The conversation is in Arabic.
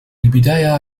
البداية